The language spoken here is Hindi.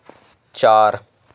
चार